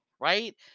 Right